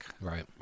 right